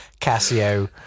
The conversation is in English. Casio